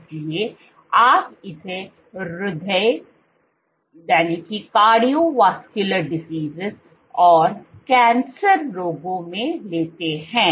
इसलिए आप इसे हृदय और कैंसर रोगों में लेते हैं